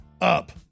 up